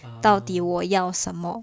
到底我要什么